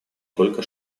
только